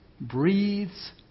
breathes